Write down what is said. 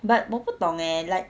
but 我不懂 eh like